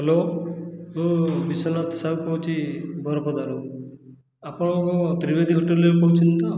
hello ମୁଁ ବିଶ୍ଵନାଥ ସାହୁ କହୁଛି ବରପଦାରୁ ଆପଣ ତ୍ରିବେଦୀ ହୋଟେଲରୁ କହୁଛନ୍ତି ତ